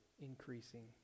Increasing